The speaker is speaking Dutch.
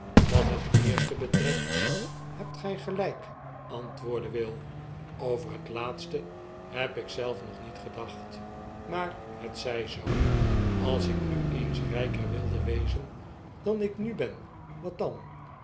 wat het eerste betreft hebt gjj geljjk antwoordde will over het laatste heb ik zelf nog niet gedacht maar het zj zoo als ik nu eens rijker wilde wezen dan ik nu ben wat dan